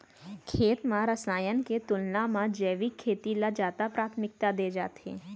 खेत मा रसायन के तुलना मा जैविक खेती ला जादा प्राथमिकता दे जाथे